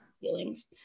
feelings